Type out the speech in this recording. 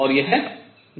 और यह जूल में है